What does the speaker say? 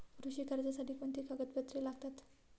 कृषी कर्जासाठी कोणती कागदपत्रे लागतात?